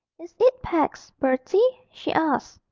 is it pax, bertie she asked.